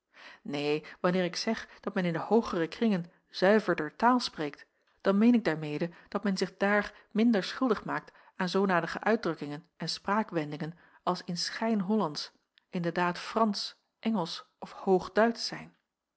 neen wanneer ik zeg dat men in de hoogere kringen zuiverder taal spreekt dan meen ik daarmede dat men zich daar minder schuldig maakt aan zoodanige uitdrukkingen en spraakwendingen als in schijn hollandsch in de daad fransch engelsch of hoogduitsch zijn